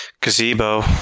gazebo